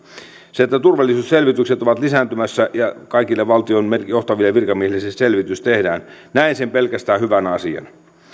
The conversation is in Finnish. sen että turvallisuusselvitykset ovat lisääntymässä ja kaikille valtion johtaville virkamiehille se selvitys tehdään näen pelkästään hyvänä asiana